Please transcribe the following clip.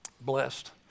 Blessed